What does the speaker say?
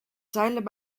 zeilen